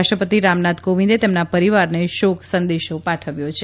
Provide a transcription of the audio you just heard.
રાષ્ટ્રપતિ રામનાથ કોવિંદે તેમના પરિવારને શોક સંદેશો પાઠવ્યો છે